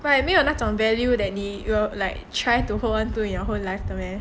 like 没有那种 value that you will like try to hold on to your whole life 的 meh